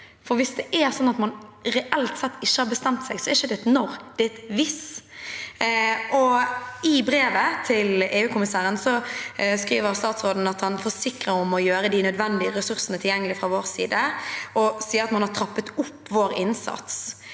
Hvis det er sånn at man reelt sett ikke har bestemt seg, er det ikke et «når», det er et «hvis». I brevet til EU-kommissæren skriver statsråden at han forsikrer om å gjøre de nødvendige ressursene tilgjengelig fra vår side, og sier at man har trappet opp vår innsats.